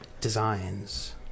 designs